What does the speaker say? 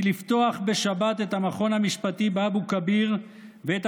כי לפתוח בשבת את המכון המשפטי באבו כביר ואת